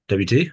wt